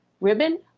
ribbon